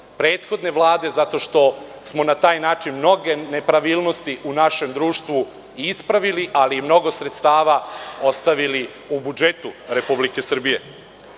prethodne Vlade, zato što smo na taj način mnoge nepravilnosti u našem društvu ispravili, ali i mnogo sredstava ostavili u budžetu Republike Srbije. Druga